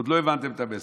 עוד לא הבנתם את המסר,